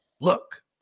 Look